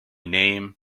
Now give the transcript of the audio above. name